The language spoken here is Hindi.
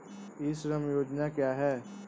ई श्रम योजना क्या है?